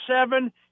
seven